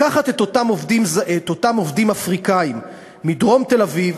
לקחת את אותם עובדים אפריקנים מדרום תל-אביב,